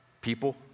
people